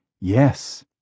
yes